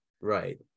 right